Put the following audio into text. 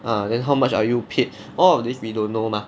ah then how much are you paid all of this we don't know mah